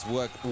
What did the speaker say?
Work